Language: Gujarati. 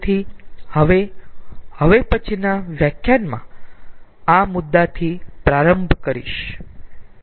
તેથી હું હવે પછીનાં વ્યાખ્યાનમાં આ મુદ્દાથી પ્રારંભ કરીશ